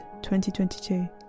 2022